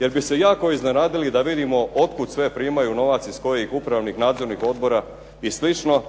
jer bi se jako iznenadili da vidimo od kud sve primaju novac iz kojih upravnih, nadzornih odbora i slično.